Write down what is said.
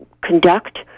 conduct